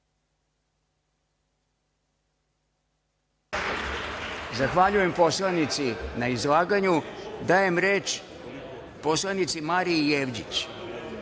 Zahvaljujem poslanici na izlaganju. Dajem reč poslanici Mariji Jevđić.